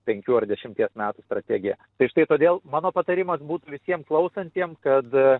penkių ar dešimties metų strategija tai štai todėl mano patarimas būtų visiem klausantiem kad